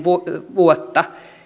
vuotta